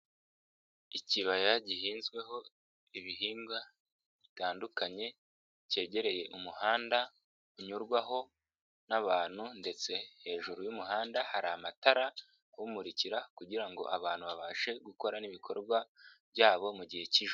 Ikibaya gihinzweho ibihingwa bitandukanye, cyegereye umuhanda unyurwaho n'abantu ndetse hejuru y'umuhanda hari amatara, awumurikira kugira ngo abantu babashe gukora n'ibikorwa byabo mu gihe cy'ijoro.